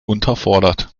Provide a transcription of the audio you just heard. unterfordert